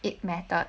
it mattered